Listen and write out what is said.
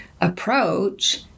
approach